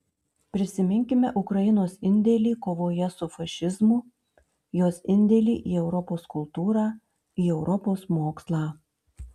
prisiminkime ukrainos indėlį kovoje su fašizmu jos indėlį į europos kultūrą į europos mokslą